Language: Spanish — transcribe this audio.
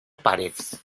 paredes